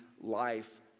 life